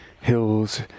hills